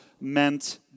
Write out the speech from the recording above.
meant